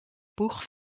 boeg